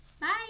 Bye